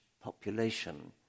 population